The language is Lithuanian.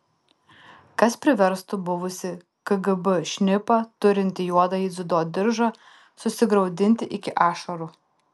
kas priverstų buvusį kgb šnipą turintį juodąjį dziudo diržą susigraudinti iki ašarų